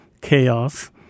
chaos